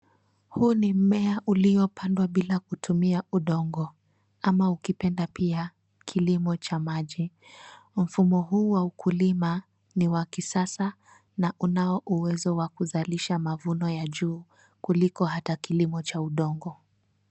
Huu ni mmea uliopandwa bila kutumia udongo ama ukipenda pia kilimo cha maji. Mfumo huu wa kulima ni wa kisasa na unao uwezo wa kuzalisha mavuno ya juu kuliko hata kilimo cha udongo.